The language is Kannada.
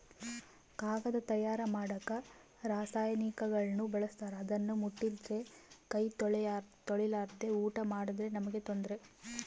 ಕಾಗದ ತಯಾರ ಮಾಡಕ ರಾಸಾಯನಿಕಗುಳ್ನ ಬಳಸ್ತಾರ ಅದನ್ನ ಮುಟ್ಟಿದ್ರೆ ಕೈ ತೊಳೆರ್ಲಾದೆ ಊಟ ಮಾಡಿದ್ರೆ ನಮ್ಗೆ ತೊಂದ್ರೆ